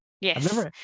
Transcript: Yes